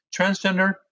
transgender